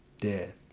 death